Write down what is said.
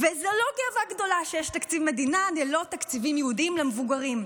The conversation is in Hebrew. וזו לא גאווה גדולה שיש תקציב מדינה ללא תקציבים ייעודיים למבוגרים.